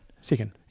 second